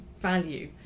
value